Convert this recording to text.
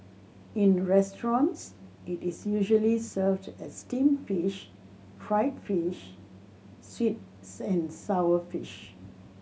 in restaurants it is usually served as steamed fish fried fish sweet and sour fish